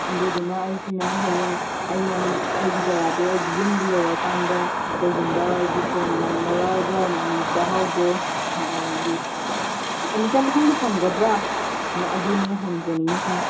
ꯑꯗꯨꯗꯨꯅ ꯑꯩꯁꯤꯅ ꯍꯌꯦꯡ ꯑꯩꯅ ꯑꯩꯒꯤ ꯖꯒꯥꯗꯣ ꯑꯩꯒꯤ ꯌꯨꯝꯗ ꯌꯧꯔꯛꯑꯀꯥꯟꯗ ꯀꯩꯒꯨꯝꯕ ꯍꯥꯏꯕꯗꯤ ꯐꯣꯟ ꯂꯥꯏꯟ ꯂꯧꯔꯛꯑꯒ ꯆꯥꯛꯍꯥꯎꯗꯣ ꯍꯥꯏꯕꯗꯤ ꯑꯦꯅꯤ ꯇꯥꯏꯝ ꯏꯐꯪꯗ ꯐꯪꯒꯗ꯭ꯔꯥꯅ ꯑꯗꯨꯅꯤ ꯍꯪꯖꯅꯤꯡꯉꯤꯁꯤꯅ